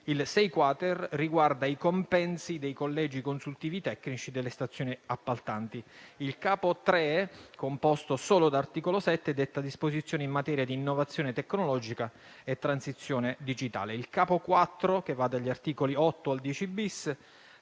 6-*quater* riguarda i compensi dei collegi consultivi tecnici delle stazioni appaltanti. Il Capo III, composto dal solo articolo 7, detta disposizioni in materia di innovazione tecnologica e transizione digitale. Il Capo IV, che va dagli articoli 8 al 10-*bis*,